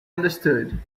understood